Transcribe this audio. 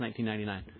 1999